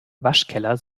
waschkeller